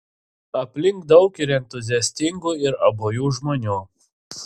aplink daug ir entuziastingų ir abuojų žmonių